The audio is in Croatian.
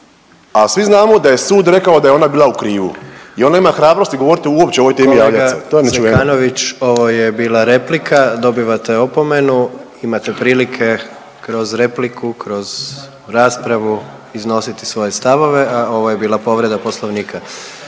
A svi znamo da je sud rekao da je bila u krivu. I ona ima hrabrosti uopće govoriti uopće o ovoj temi i javljat se, to je nečuveno. **Jandroković, Gordan (HDZ)** Kolega Zekanović, ovo je bila replika. Dobivate opomenu, imate prilike kroz repliku, kroz raspravu iznositi svoje stavove, a ovo je bila povreda Poslovnika.